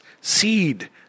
seed